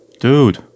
dude